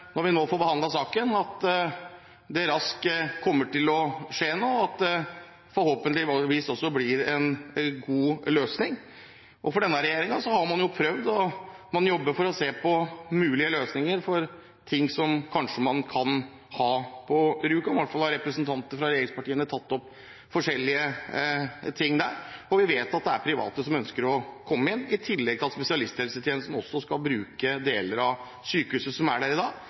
det forhåpentligvis blir en god løsning. Fra denne regjeringens side har man prøvd, og man jobber for å se på mulige løsninger for ting som man kanskje kan ha på Rjukan. I hvert fall har representanter fra regjeringspartiene tatt opp forskjellige ting der, og vi vet at det er private som ønsker å komme inn, i tillegg til at spesialisthelsetjenesten også skal bruke deler av sykehuset som er der i dag,